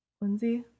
Lindsay